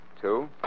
Two